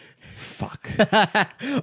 fuck